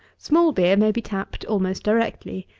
small beer may be tapped almost directly.